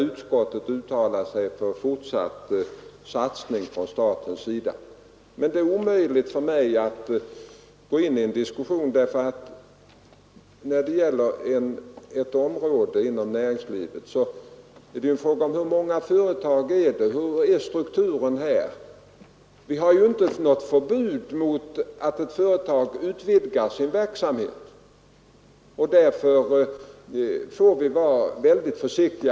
Utskottet uttalar sig för fortsatt satsning från statens sida. Det är omöjligt för mig att gå in i en sakdiskussion. När det gäller en särskild bransch inom näringslivet är det fråga om flera olika faktorer: Hur många företag är det, hurudan är strukturen? Det finns ju inte något förbud mot att företag som redan finns utvidgar sin verksamhet. Därför får man vara väldigt försiktig.